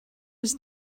was